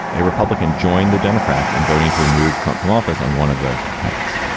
a republican, joined the democrats in voting to remove trump from office on one of the counts.